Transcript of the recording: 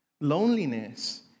Loneliness